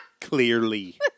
Clearly